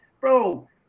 bro